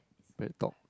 BreadTalk